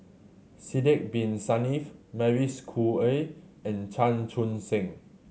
Sidek Bin Saniff Mavis Khoo Oei and Chan Chun Sing